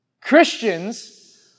Christians